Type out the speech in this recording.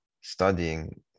studying